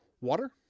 water